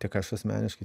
tiek aš asmeniškai